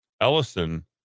Ellison